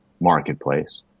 marketplace